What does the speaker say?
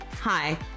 Hi